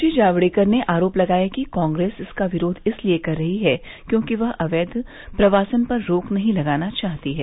श्री जावड़ेकर ने आरोप लगाया कि कांग्रेस इसका विरोध इसलिए कर रही है क्योंकि वह अवैघ प्रवासन पर रोक नहीं लगाना चाहती है